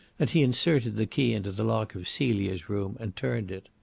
and he inserted the key into the lock of celia's room and turned it.